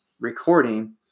recording